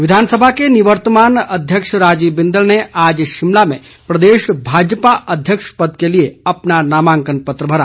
नामांकन विधानसभा के निवर्तमान अध्यक्ष राजीव बिंदल ने आज शिमला में प्रदेश भाजपा अध्यक्ष पद के लिए अपना नामांकन पत्र भरा